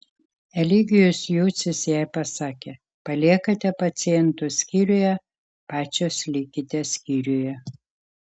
eligijus jucius jai pasakė paliekate pacientus skyriuje pačios likite skyriuje